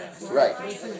Right